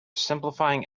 simplifying